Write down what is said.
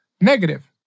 negative